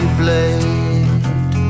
blade